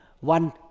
one